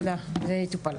תודה, זה יטופל.